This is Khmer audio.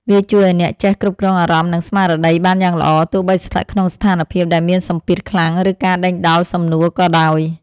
វាជួយឱ្យអ្នកចេះគ្រប់គ្រងអារម្មណ៍ និងស្មារតីបានយ៉ាងល្អ ទោះបីស្ថិតក្នុងស្ថានភាពដែលមានសម្ពាធខ្លាំង ឬការដេញដោលសំណួរក៏ដោយ។